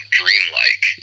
dreamlike